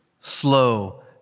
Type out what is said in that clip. Slow